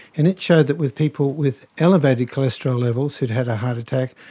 and it showed that with people with elevated cholesterol levels who'd had a heart attack,